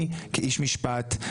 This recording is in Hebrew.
אני כאיש משפט,